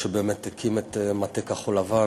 שבאמת הקים את מטה כחול-לבן,